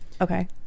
okay